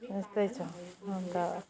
यस्तै छ हुनु त